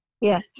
Yes